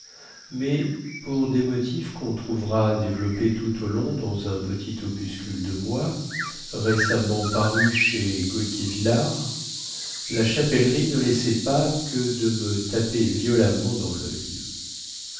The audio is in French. mais pour des motifs quon trouvera développés tout au long dans un petit opuscule de moi récemment paru chez gauthier villars la chapellerie ne laissait pas que de me taper violemment dans loeil